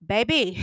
Baby